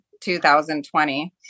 2020